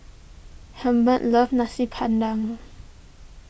Hilbert loves Nasi Padang